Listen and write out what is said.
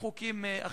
וחוקים אחרים.